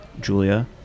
Julia